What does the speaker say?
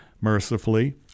mercifully